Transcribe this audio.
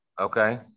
Okay